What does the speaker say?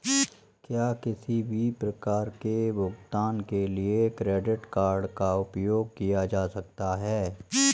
क्या किसी भी प्रकार के भुगतान के लिए क्रेडिट कार्ड का उपयोग किया जा सकता है?